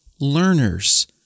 learners